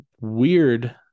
weird